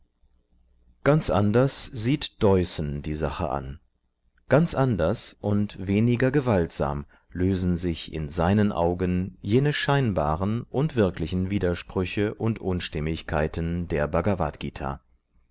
ganz anders sieht deussen die sache an ganz anders und weniger gewaltsam lösen sich in seinen augen jene scheinbaren und wirklichen widersprüche und unstimmigkeiten der bhagavadgt